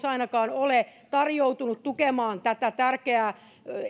ainakaan kokoomus ole tarjoutunut tukemaan tätä tärkeää